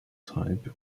type